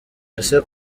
ese